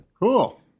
Cool